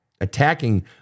attacking